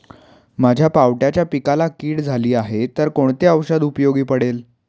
माझ्या पावट्याच्या पिकाला कीड झाली आहे तर कोणते औषध उपयोगी पडेल?